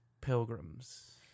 pilgrims